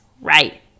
right